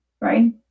Right